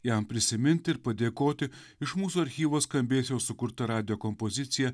jam prisiminti ir padėkoti iš mūsų archyvo skambės jau sukurta radijo kompozicija